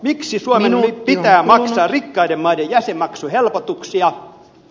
miksi suomen pitää maksaa rikkaiden maiden jäsenmaksuhelpotuksia